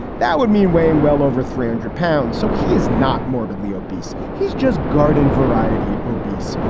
that would mean weighing well over three hundred pounds. so he is not morbidly obese. he's just garden variety obese.